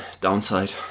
downside